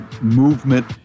movement